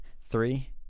Three